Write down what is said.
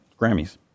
Grammys